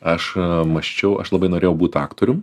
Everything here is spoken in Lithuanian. aš mąsčiau aš labai norėjau būt aktorium